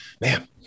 man